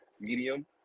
medium